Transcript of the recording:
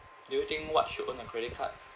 do you think what should own a credit card